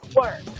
work